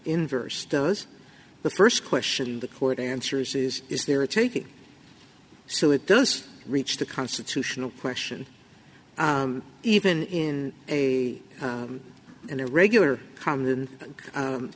inverse does the first question the court answer is is is there a taking so it does reach the constitutional question even in a in a regular